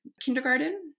kindergarten